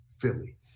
Philly